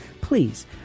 Please